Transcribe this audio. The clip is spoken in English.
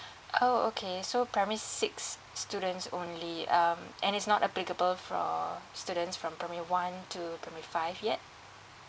oh okay so primary six students only um and it's not applicable for students from primary one to primary five yet